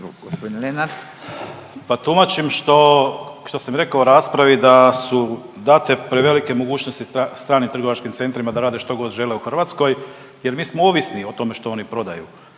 Pa tumačim što sam rekao u raspravi da su date prevelike mogućnosti stranim trgovačkim centrima da rade štogod žele u Hrvatskoj jer mi smo ovisni o tome što oni prodaju.